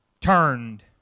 turned